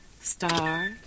Star